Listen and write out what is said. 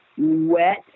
wet